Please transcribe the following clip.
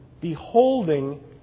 beholding